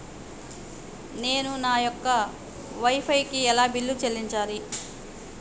నేను నా యొక్క వై ఫై కి ఎలా బిల్లు చెల్లించాలి?